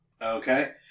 Okay